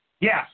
Yes